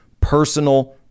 personal